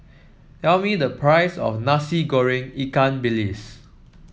tell me the price of Nasi Goreng Ikan Bilis